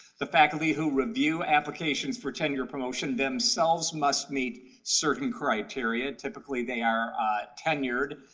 the faculty who review applications for tenure promotion themselves must meet certain criteria. typically, they are tenured,